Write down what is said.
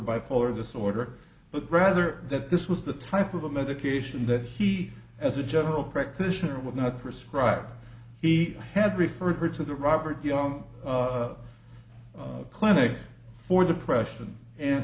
bipolar disorder but rather that this was the type of a medication that he as a general practitioner would not prescribe he had referred her to the robert young clinic for depression and